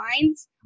lines